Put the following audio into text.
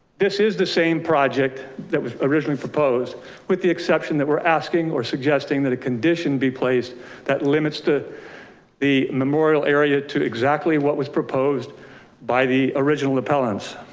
this is the same project that was originally proposed with the exception that we're asking or suggesting that a condition be placed that limits the memorial area to exactly what was proposed by the original appellants